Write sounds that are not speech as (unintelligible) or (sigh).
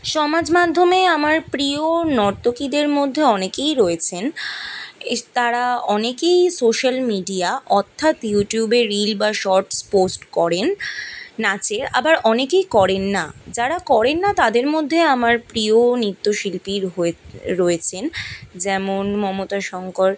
সমাজ মাধ্যমে আমার প্রিয় নর্তকীদের মধ্যে অনেকেই রয়েছেন (unintelligible) তারা অনেকেই সোশ্যাল মিডিয়া অর্থাৎ ইউটিউবে রিল বা শটস পোস্ট করেন নাচের আবার অনেকেই করেন না যারা করেন না তাদের মধ্যে আমার প্রিয় নৃত্যশিল্পীরা রয়েছেন যেমন মমতা শঙ্কর